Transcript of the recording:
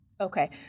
Okay